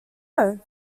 know